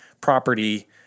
property